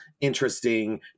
interesting